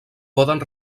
poden